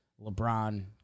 LeBron